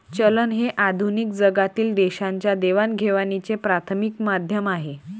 चलन हे आधुनिक जगातील देशांच्या देवाणघेवाणीचे प्राथमिक माध्यम आहे